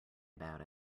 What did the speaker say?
about